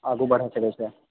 आगू बढ़यके रहैत छै